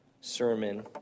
sermon